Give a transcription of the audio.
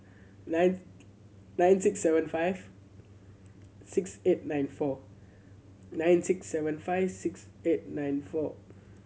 nine nine six seven five six eight nine four nine six seven five six eight nine four